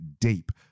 deep